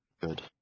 Good